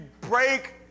break